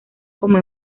como